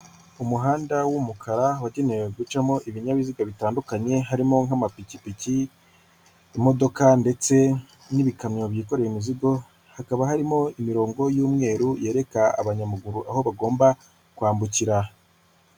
Umuhanda w'umukara wagenewe gucamo ibinyabiziga bitandukanye harimo nk'amapikipiki, imodoka ndetse n'ibikamyo byikorewe imizigo, hakaba harimo imirongo y'umweru yereka abanyamaguru aho bagomba kwambukira.